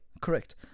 correct